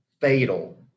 fatal